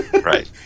Right